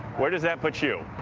where does that put you?